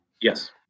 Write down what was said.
Yes